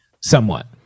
somewhat